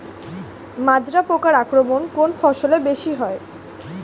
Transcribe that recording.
মাজরা পোকার আক্রমণ কোন ফসলে বেশি হয়?